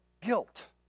guilt